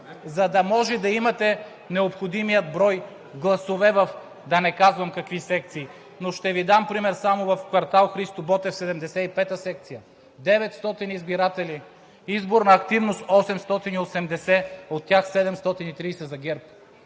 за да може да имате необходимия брой гласове в – да не казвам какви секции. Но ще Ви дам пример: само в квартал „Христо Ботев“, 75-та секция – 900 избиратели, изборна активност 880, от тях 730 за ГЕРБ.